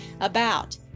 about